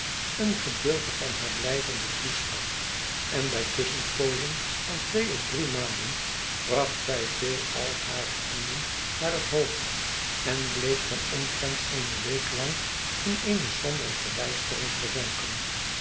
een gedeelte van haar blijvenden toestand en bij tusschenpoozen van twee of drie maanden bracht zij veel al hare handen naar het hoofd en bleef dan omtrent eene week lang in eene sombere verbijstering verzonken